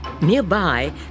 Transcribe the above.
Nearby